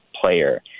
player